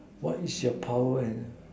what is your power and